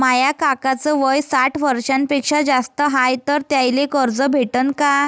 माया काकाच वय साठ वर्षांपेक्षा जास्त हाय तर त्याइले कर्ज भेटन का?